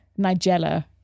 Nigella